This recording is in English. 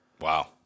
Wow